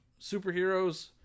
superheroes